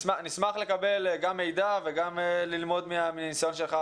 נשמח לקבל גם מידע וגם ללמוד מהניסיון שלך.